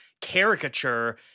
caricature